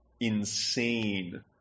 insane